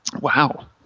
Wow